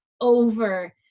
over